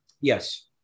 yes